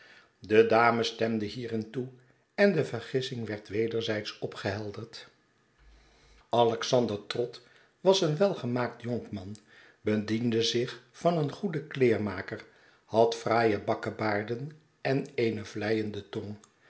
de dame stemde hierin toe en de vergissing werd wederzijds opgehelderd alexander trott was een welgemaakt jonkman bediende zich van een goeden kleermaker had fraaie bakkebaarden en eene vleiende tong